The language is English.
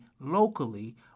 locally